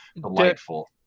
delightful